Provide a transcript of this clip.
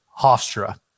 hofstra